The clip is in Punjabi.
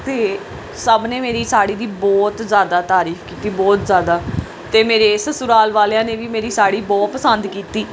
ਅਤੇ ਸਭ ਨੇ ਮੇਰੀ ਸਾੜੀ ਦੀ ਬਹੁਤ ਜ਼ਿਆਦਾ ਤਾਰੀਫ਼ ਕੀਤੀ ਬਹੁਤ ਜ਼ਿਆਦਾ ਅਤੇ ਮੇਰੇ ਸਸੁਰਾਲ ਵਾਲਿਆਂ ਨੇ ਵੀ ਮੇਰੀ ਸਾੜੀ ਬਹੁਤ ਪਸੰਦ ਕੀਤੀ